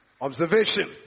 Observation